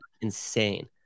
insane